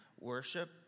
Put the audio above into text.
worship